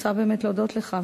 רוצה באמת להודות לך,